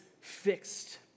fixed